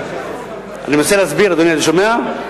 אני מנסה להסביר, אדוני, אתה שומע?